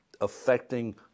affecting